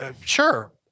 Sure